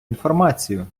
інформацію